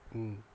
mm